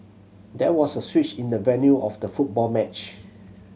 there was a switch in the venue of the football match